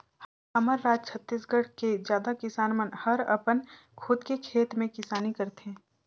हमर राज छत्तीसगढ़ के जादा किसान मन हर अपन खुद के खेत में किसानी करथे